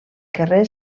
carrer